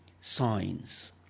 signs